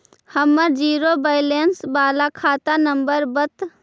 हमर zero balance बाला खाता नम्बर बत?